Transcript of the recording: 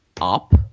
up